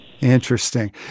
Interesting